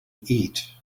eat